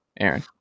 Aaron